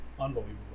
Unbelievable